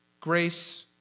Grace